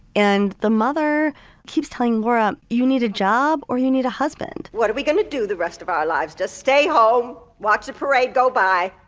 and the mother keeps telling laura, you need a job or you need a husband what are we going to do the rest of our lives? just stay home, watch the parade go by.